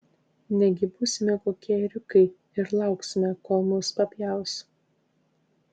negi būsime kokie ėriukai ir lauksime kol mus papjaus